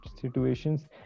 situations